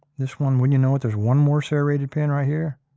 this one, when you know that there's one more serrated pin right here,